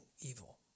evil